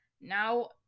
Now